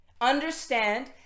understand